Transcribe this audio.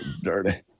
Dirty